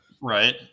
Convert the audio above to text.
Right